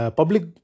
public